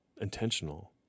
intentional